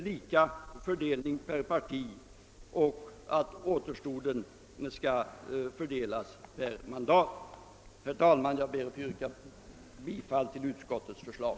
Jag ber att få yrka bifall till utskottets förslag.